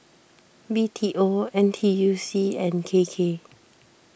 B T O N T U C and K K